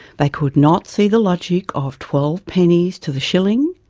they could not see the logic of twelve pennies to the shilling,